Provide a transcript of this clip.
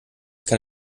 kann